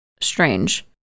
Strange